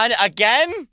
again